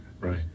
Right